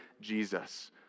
Jesus